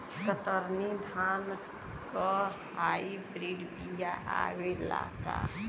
कतरनी धान क hybrid बिया आवेला का?